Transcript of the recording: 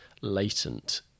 latent